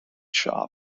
shop